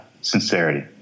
sincerity